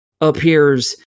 appears